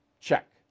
Check